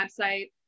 website